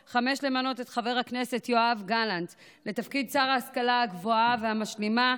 5. למנות את חבר הכנסת יואב גלנט לתפקיד שר ההשכלה הגבוהה והמשלימה,